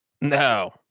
No